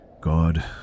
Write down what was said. God